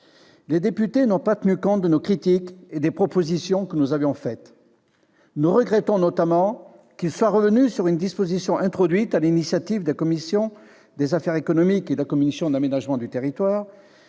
Les députés n'ont pas tenu compte de nos critiques et des propositions que nous avions faites. Nous regrettons notamment qu'ils soient revenus sur une disposition introduite sur l'initiative de la commission des affaires économiques et de la commission de l'aménagement du territoire